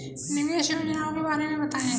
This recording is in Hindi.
निवेश योजनाओं के बारे में बताएँ?